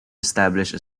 established